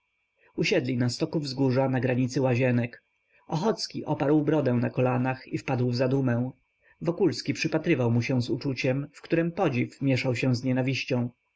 usiedli na stoku wzgórza na granicy łazienek ochocki oparł brodę na kolanach i wpadł w zadumę wokulski przypatrywał mu się z uczuciem w którem podziw mieszał się z nienawiścią